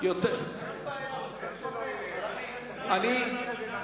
עם כל הכבוד למזכיר הכנסת, זה עניין טכנולוגי.